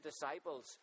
disciples